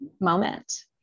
moment